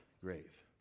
grave